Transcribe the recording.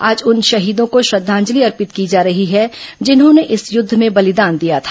आज उन शहीदों को श्रद्वांजलि अर्पित की जा रही है जिन्होंने इस युद्ध में बलिदान दिया था